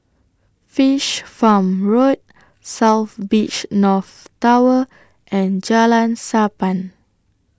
Fish Farm Road South Beach North Tower and Jalan Sappan